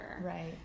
Right